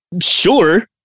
Sure